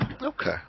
Okay